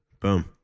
Boom